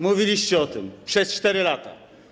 Mówiliście o tym przez 4 lata.